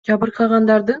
жабыркагандардын